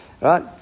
Right